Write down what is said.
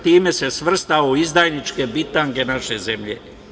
Time se svrstao u izdajničke bitange naše zemlje.